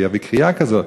שיביא קריעה כזאת.